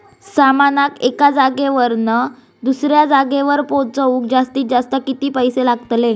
सामानाक एका जागेवरना दुसऱ्या जागेवर पोचवूक जास्तीत जास्त किती पैशे लागतले?